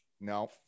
no